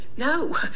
No